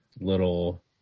little